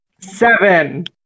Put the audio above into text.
seven